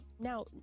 Now